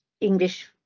English